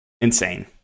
Insane